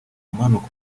umanuka